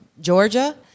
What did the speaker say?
Georgia